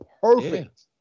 perfect